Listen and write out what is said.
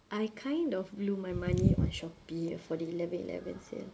I kind of blew my money on Shopee for the eleven eleven sale